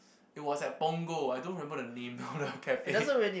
it was at Punggol I don't remember the name of the cafe